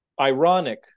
ironic